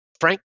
Frank